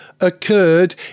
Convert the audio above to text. occurred